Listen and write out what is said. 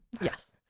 Yes